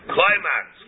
Climax